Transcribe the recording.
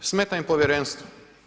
Smeta im povjerenstvo.